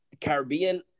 Caribbean